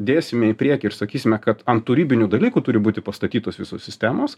dėsime į priekį ir sakysime kad ant tų ribinių dalykų turi būti pastatytos visos sistemos